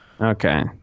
Okay